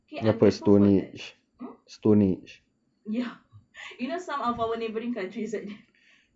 okay I'm grateful for that um ya you know some of our neighbouring country is like that